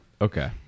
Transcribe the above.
Okay